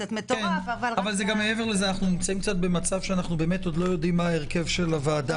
אנחנו עוד לא יודעים מה הרכב הוועדה.